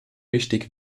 wichtig